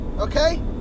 Okay